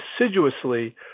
assiduously